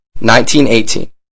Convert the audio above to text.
1918